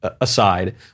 aside